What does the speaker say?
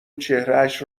چهرهاش